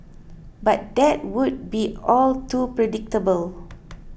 but that would be all too predictable